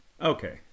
Okay